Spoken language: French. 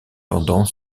pendant